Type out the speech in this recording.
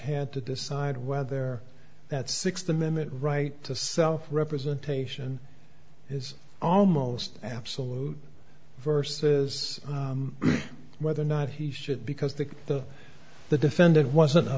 had to decide whether that sixth amendment right to self representation is almost absolute versus whether or not he should because the the the defendant wasn't